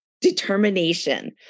determination